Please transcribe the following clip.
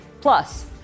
Plus